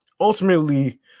Ultimately